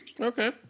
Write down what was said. Okay